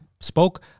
spoke